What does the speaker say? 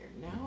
Now